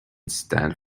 stand